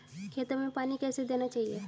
खेतों में पानी कैसे देना चाहिए?